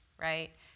right